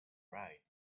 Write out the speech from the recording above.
ride